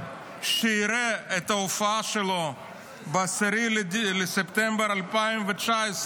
שיראה את ההופעה שלו ב-10 בספטמבר 2019,